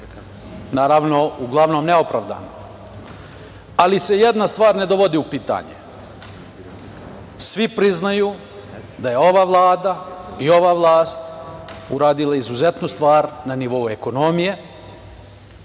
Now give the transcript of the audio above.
naravno, uglavnom, neopravdano, ali se jedna stvar ne dovodi u pitanje. Svi priznaju da je ova Vlada i ova vlast uradila izuzetnu stvar na nivou ekonomije